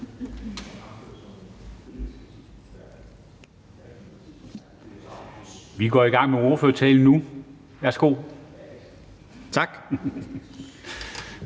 Vi går i gang med ordførertalen nu. Værsgo. Kl.